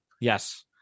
yes